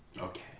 Okay